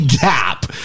gap